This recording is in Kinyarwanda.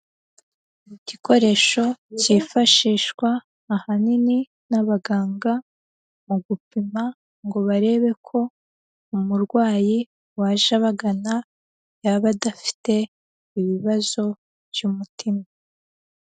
Igikoresho kifashishwa ahanini n'abaganga, mu gupima ngo barebe ko umurwayi waje bagana yaba adafite ibibazo by'umutima.